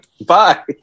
Bye